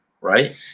right